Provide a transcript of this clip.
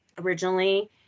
originally